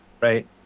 Right